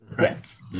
yes